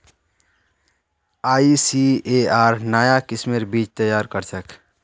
ICAR नाया किस्मेर बीज तैयार करछेक